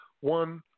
One